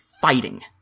fighting